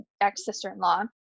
ex-sister-in-law